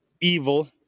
evil